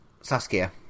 Saskia